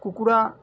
କୁକଡ଼ା